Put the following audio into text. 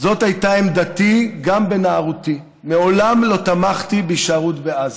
זאת הייתה עמדתי גם בנערותי: מעולם לא תמכתי בהישארות בעזה.